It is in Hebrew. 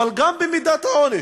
וגם במידת העונש,